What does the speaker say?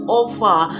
offer